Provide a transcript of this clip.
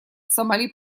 сомали